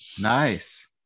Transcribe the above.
Nice